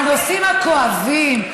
נושאים כואבים,